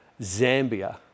Zambia